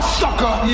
sucker